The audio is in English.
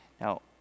Now